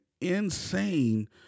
insane